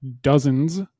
dozens